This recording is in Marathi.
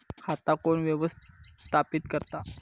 खाता कोण व्यवस्थापित करता?